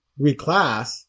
reclass